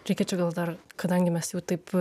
reikia čia gal dar kadangi mes jau taip